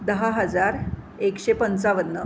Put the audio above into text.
दहा हजार एकशे पंचावन्न